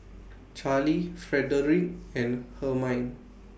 Charly Frederic and Hermine